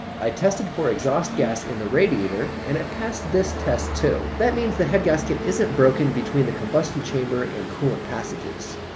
i tested for exhaust gas in the radiator and it passed this test too. that means the head gasket isn't broken between the combustion chamber and coolant passages.